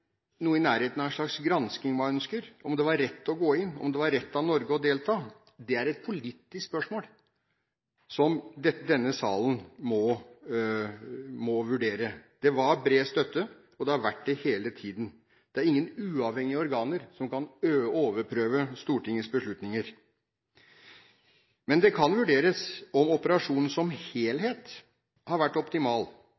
noe i nærheten av en slags gransking man ønsker – om det var rett å gå inn, om det var rett av Norge å delta? Det er et politisk spørsmål som denne salen må vurdere. Det var og har vært bred støtte hele tiden. Det er ingen uavhengige organer som kan overprøve Stortingets beslutninger, men det kan vurderes om operasjonen som